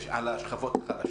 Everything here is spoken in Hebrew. ועל השכבות החלשות.